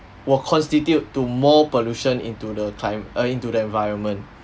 will constitute to more pollution into the clim~ err into the environment